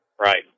right